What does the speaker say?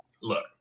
look